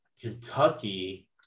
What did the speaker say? Kentucky